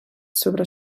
sobre